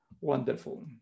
Wonderful